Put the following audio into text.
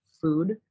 food